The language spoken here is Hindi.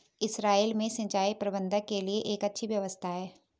इसराइल में सिंचाई प्रबंधन के लिए एक अच्छी व्यवस्था है